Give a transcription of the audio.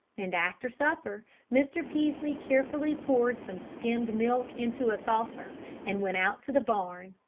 and after supper mr. peaslee carefully poured some skimmed milk into a saucer and went out to the barn.